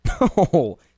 No